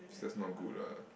is just not good lah